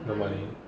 the money